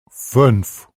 fünf